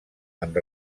amb